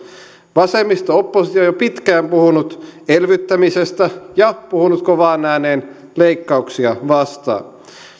vasemmisto oppositio on jo pitkään puhunut elvyttämisestä ja puhunut kovaan ääneen leikkauksia vastaan